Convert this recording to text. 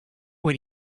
what